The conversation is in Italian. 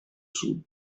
sud